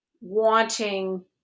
wanting